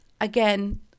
again